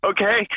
Okay